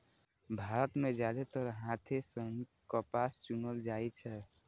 भारत मे जादेतर हाथे सं कपास चुनल जाइ छै